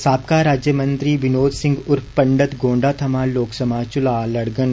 साबका राज्यमंत्री विनोद सिंह उर्फ पंडल गोंडा थमां लोकसभा चुना लडगंन